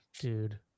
Dude